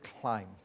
climb